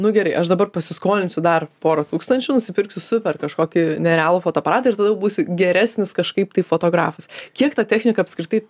nu gerai aš dabar pasiskolinsiu dar porą tūkstančių nusipirksiu super kažkokį nerealų fotoaparatą ir tada būsiu geresnis kažkaip tai fotografas kiek ta technika apskritai